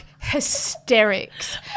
Hysterics